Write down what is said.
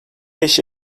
beş